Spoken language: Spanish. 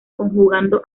jugando